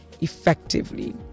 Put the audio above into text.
effectively